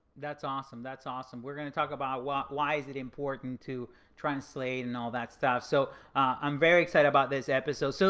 that's awesome. that's awesome. we're going to talk about why why is it important to translate and all that stuff. so i'm very excited about this episode. so